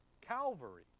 Calvary